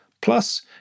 Plus